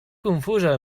confusa